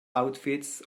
outfits